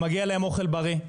ומגיע להם אוכל בריא,